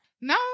No